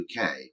UK